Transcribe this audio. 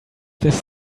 this